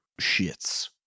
shits